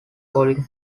collin